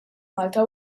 malta